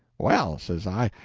well, says i,